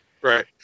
Right